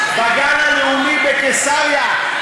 בגן הלאומי בקיסריה.